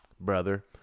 brother